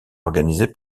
organisé